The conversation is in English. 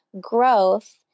growth